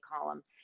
column